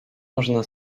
można